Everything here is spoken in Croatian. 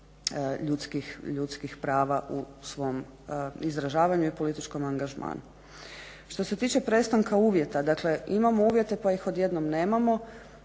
ljudskih prava u svom izražavanju i političkom angažmanu. Što se tiče prestanka uvjeta, dakle imamo uvjete pa ih odjednom nemamo